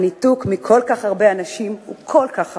הניתוק מכל כך הרבה אנשים כל כך חמור,